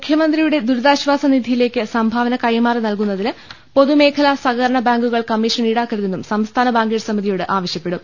മുഖ്യമന്ത്രിയുടെ ദുരിതാശ്വാസ നിധിയിലേക്ക് സംഭാവന കൈമാറി നൽകുന്നതിന് പൊതുമേഖല സഹകരണ ബാങ്കുകൾ കമ്മീഷൻ ഈടാക്കരുതെന്ന് സംസ്ഥാന ബാങ്കേഴ്സ് സമിതിയോട് ആവശ്യപ്പെടും